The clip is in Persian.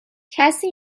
کسی